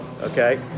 okay